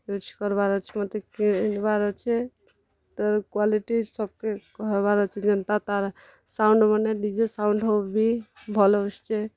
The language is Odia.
ୟୁଜ୍ କର୍ବାର୍ ଅଛେ ମତେ କିଣ୍ବାର୍ ଅଛେ ତା'ର୍ କ୍ୱାଲିଟି ସବ୍କେ କହେବାର୍ ଅଛେ ଯେନ୍ତା ତା'ର୍ ସାଉଣ୍ତ୍ ମାନେ ଡ଼ିଜେ ସାଉଣ୍ତ୍ ହେଉ ବି ଭଲ୍ ଆସୁଛେ